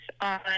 on